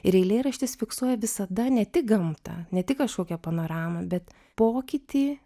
ir eilėraštis fiksuoja visada ne tik gamtą ne tik kažkokią panoramą bet pokytį